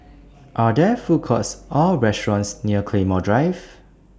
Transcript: Are There Food Courts Or restaurants near Claymore Drive